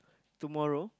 tomorrow